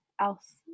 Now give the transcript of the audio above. else